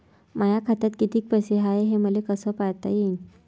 माया खात्यात कितीक पैसे हाय, हे मले कस पायता येईन?